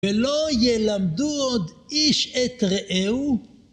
ולא ילמדו עוד איש את רעהו.